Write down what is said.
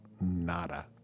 nada